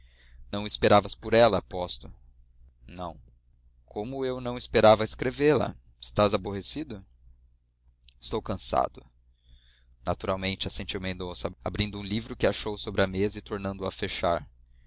não esperavas por ela aposto não como eu não esperava escrevê la estás aborrecido estou cansado naturalmente assentiu mendonça abrindo um livro que achou sobre a mesa e tornando-o a fechar